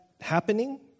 happening